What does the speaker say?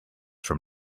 from